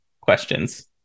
questions